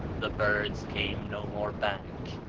the birds came no more back.